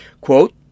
Quote